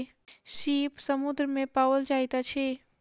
सीप समुद्र में पाओल जाइत अछि